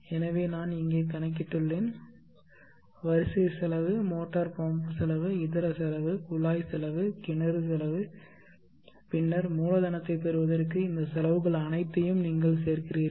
எனவே நான் இங்கே கணக்கிட்டுள்ளேன் வரிசை செலவு மோட்டார் பம்ப் செலவு இதர செலவு குழாய் செலவு கிணறு செலவு பின்னர் மூலதனத்தைப் பெறுவதற்கு இந்த செலவுகள் அனைத்தையும் நீங்கள் சேர்க்கிறீர்கள்